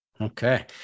Okay